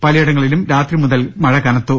പലയിടങ്ങളിലും രാത്രി മുതൽ മഴ കനത്തു